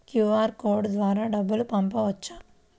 QR code ద్వారా డబ్బులు పంపవచ్చా?